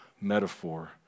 metaphor